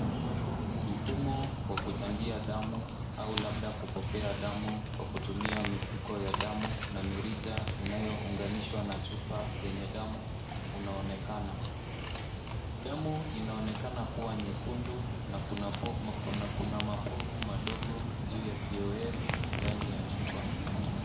Mfumo wa kuchangia damu au labda kupokea damu kwa kutumia mifuko ya damu na mirija inayo unganishwa na chupa yenye damu unaonekana. Damu inaonekana kuwa nyekundu na kuna mapovu madogo juu ya kioevu ndani ya chupa.